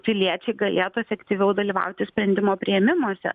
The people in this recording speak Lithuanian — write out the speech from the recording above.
piliečiai galėtų efektyviau dalyvauti sprendimų priėmimuose